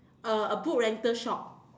uh a book rental shop